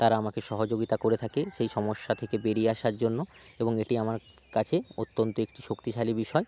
তারা আমাকে সহযোগিতা করে থাকে সেই সমস্যা থেকে বেরিয়ে আসার জন্য এবং এটি আমার কাছে অত্যন্ত একটি শক্তিশালী বিষয়